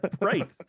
Right